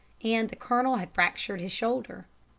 and the colonel had fractured his shoulder.